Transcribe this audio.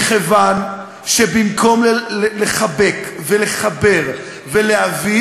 מכיוון שבמקום לחבק ולחבר ולהביא,